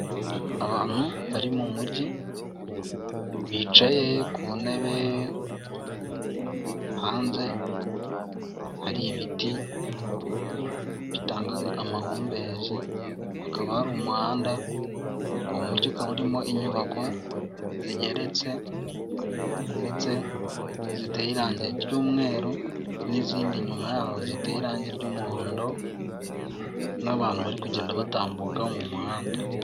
Abantu bari mu mujyi, bicaye ku ntebe hanze hari ibiti amahumbezi, hakaba hari umuhanda uwo mujyi ukaba urimo inyubako zigeretse ndetse ziteye irangi ry'umweru n'izindi inyuma yaho ziteye irangi ry'umuhondo n'abantu bari kugenda batambukaho mu muhanda.